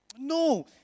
No